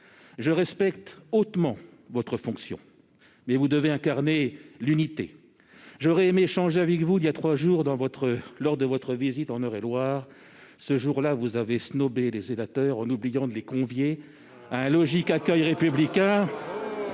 Je respecte hautement votre fonction, mais vous devez incarner l'unité. J'aurais aimé échanger avec vous, voilà trois jours, lors de votre visite en Eure-et-Loir. Or vous avez snobé les sénateurs en oubliant de les convier à un logique accueil républicain.